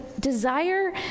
Desire